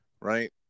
right